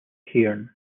cairn